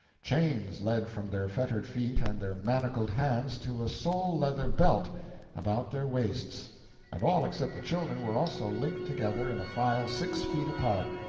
chains led from their fettered feet and their manacled hands to a sole-leather belt about their waists and all except the children were also linked together in a file six feet apart,